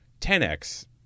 10X